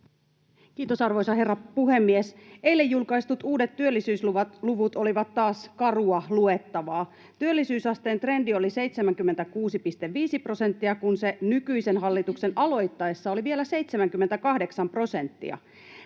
Kiitos, arvoisa herra puhemies! Eilen julkaistut uudet työllisyysluvut olivat taas karua luettavaa. Työllisyysasteen trendi oli 76,5 prosenttia, kun se nykyisen hallituksen aloittaessa oli vielä 78 prosenttia.